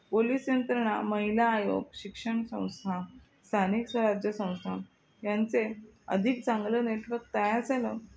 police यंत्रणा महिला आयोग शिक्षण संस्था स्थानिक स्वराज्य संस्था यांचे अधिक चांगलं नेटवर्क तयार झालं